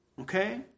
Okay